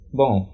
bom